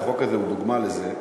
והחוק הזה הוא דוגמה לזה.